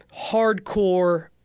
hardcore